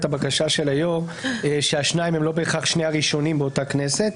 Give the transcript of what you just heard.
של היו"ר כך שהשניים הם לא בהכרח שני הראשונים באותה כנסת